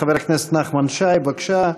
חבר הכנסת נחמן שי, בבקשה.